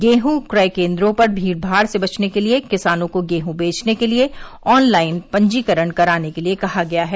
गेहूँ क्रय केन्द्रों पर भीड़भाड़ से बचने के लिये किसानों को गेहूँ बेचने के लिये ऑनलाइन पंजीकरण कराने के लिये कहा गया है